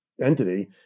entity